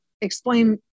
explain